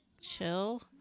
chill